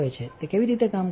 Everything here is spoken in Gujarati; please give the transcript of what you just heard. તે કેવી રીતે કામ કરે છે